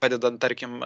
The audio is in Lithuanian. padedant tarkim